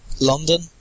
London